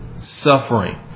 suffering